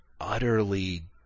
utterly